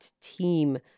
team